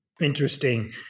Interesting